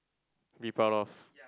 be proud of